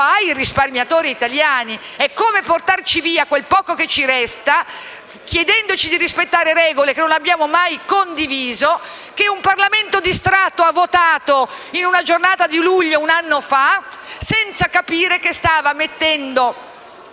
ai risparmiatori italiani; è come portarci via quel poco che ci resta chiedendoci di rispettare regole che non abbiamo mai condiviso, che un Parlamento distratto ha votato in una giornata di luglio un anno fa, senza capire che stava mettendo